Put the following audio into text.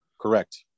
Correct